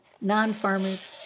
non-farmers